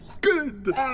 Good